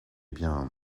bien